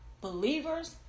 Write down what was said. believers